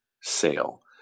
sale